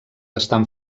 estan